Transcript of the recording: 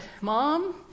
mom